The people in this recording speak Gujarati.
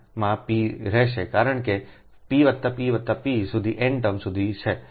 તેથી તે n માં P હશે કારણ કે તે PPP સુધી n ટર્મ સુધી છે